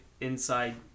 inside